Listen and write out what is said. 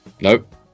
Nope